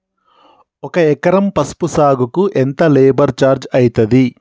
ఒక ఎకరం పసుపు సాగుకు ఎంత లేబర్ ఛార్జ్ అయితది?